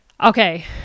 Okay